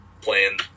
Playing